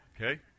Okay